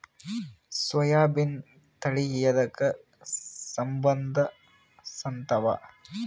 ಸೋಯಾಬಿನ ತಳಿ ಎದಕ ಸಂಭಂದಸತ್ತಾವ?